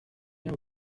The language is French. bien